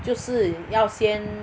就是要先